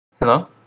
Hello